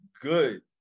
good